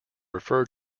refer